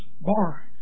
bar